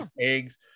eggs